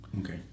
Okay